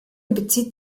bezieht